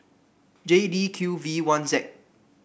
J D Q V one Z